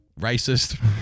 racist